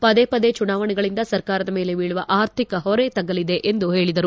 ಪದೇ ಪದೇ ಚುನಾವಣೆಗಳಿಂದ ಸರ್ಕಾರದ ಮೇಲೆ ಬೀಳುವ ಆರ್ಥಿಕ ಹೊರೆ ತಗ್ಗಲಿದೆ ಎಂದು ಹೇಳಿದರು